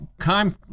time